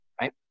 right